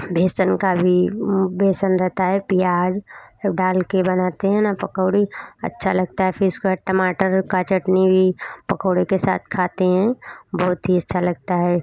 बीसन की भी बेसन रहता है प्याज़ सब डाल के बनाते हैं ना पकौड़ी अच्छा लगता है फिर उसके बाद टमाटर की चटनी भी पकौड़े के साथ खाते हैं बहुत ही अच्छा लगता है